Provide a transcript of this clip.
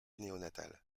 néonatale